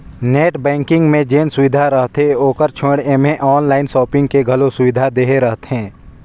net banking मे जेन सुबिधा रहथे ओकर छोयड़ ऐम्हें आनलाइन सापिंग के घलो सुविधा देहे रहथें